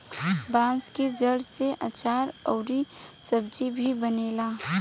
बांस के जड़ से आचार अउर सब्जी भी बनेला